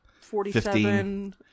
forty-seven